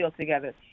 together